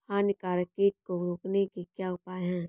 हानिकारक कीट को रोकने के क्या उपाय हैं?